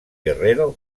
guerrero